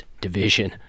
division